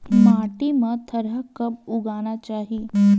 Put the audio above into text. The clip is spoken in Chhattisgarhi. माटी मा थरहा कब उगाना चाहिए?